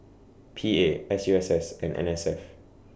P A S U S S and N S F